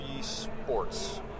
Sports